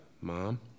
Mom